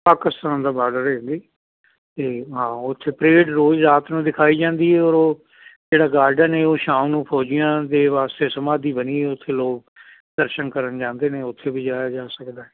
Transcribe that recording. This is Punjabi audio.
ਪਾਕਿਸਤਾਨ ਦਾ ਬਾਰਡਰ ਹੈ ਜੀ ਇਹ ਹਾਂ ਉੱਥੇ ਪਰੇਡ ਰੋਜ਼ ਰਾਤ ਨੂੰ ਦਿਖਾਈ ਜਾਂਦੀ ਹੈ ਔਰ ਉਹ ਜਿਹੜਾ ਗਾਰਡਨ ਹੈ ਉਹ ਸ਼ਾਮ ਨੂੰ ਫੌਜੀਆਂ ਦੇ ਵਾਸਤੇ ਸਮਾਧੀ ਬਣੀ ਉੱਥੇ ਲੋਕ ਦਰਸ਼ਨ ਕਰਨ ਜਾਂਦੇ ਨੇ ਉੱਥੇ ਵੀ ਜਾਇਆ ਜਾ ਸਕਦਾ